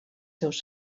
seus